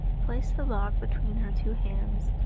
placed the log between her two hands,